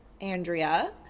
Andrea